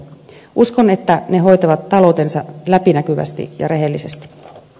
uskon että ne hoitavat taloutensa läpinäkyvästi ja rehellisesti